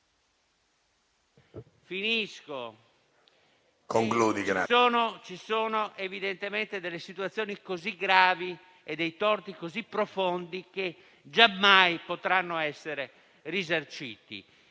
Presidente, sono evidentemente delle situazioni così gravi e dei torti così profondi che giammai potranno essere risarciti.